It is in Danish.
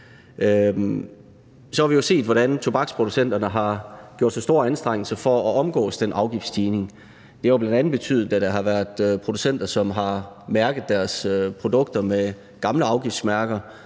Så har vi jo set, hvordan tobaksproducenterne har gjort sig store anstrengelser for at omgå den afgiftsstigning. Det har jo bl.a. betydet, at der har været producenter, som har mærket deres produkter med gamle afgiftsmærker,